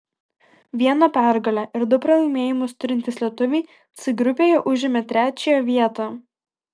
vieną pergalę ir du pralaimėjimus turintys lietuviai c grupėje užėmė trečiąją vietą